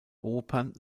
opern